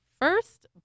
first